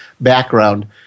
background